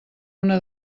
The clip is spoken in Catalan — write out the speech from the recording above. una